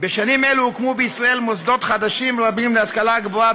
בשנים אלו הוקמו בישראל מוסדות חדשים רבים להשכלה הגבוהה,